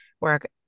work